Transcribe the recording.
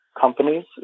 companies